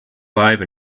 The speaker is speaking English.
alive